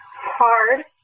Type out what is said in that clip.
hard